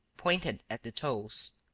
pointed at the toes.